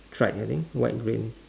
stripes I think white green